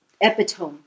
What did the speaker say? epitome